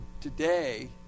today